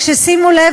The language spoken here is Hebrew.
כששימו לב,